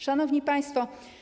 Szanowni Państwo!